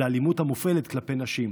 לאלימות המופעלת כלפי נשים.